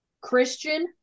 Christian